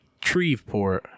treveport